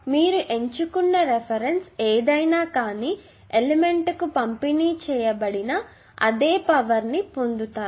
మీరు ఎంచుకున్న రిఫరెన్స్ ఏదయినా కానీ ఎలిమెంట్ కు పంపిణీ చేయబడిన అదే పవర్ ని పొందుతారు